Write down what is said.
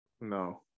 no